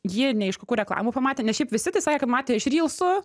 ji neaišku kur reklamą pamatė nes šiaip visi tai sakė kad matė iš rylsų